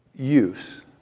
use